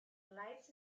lights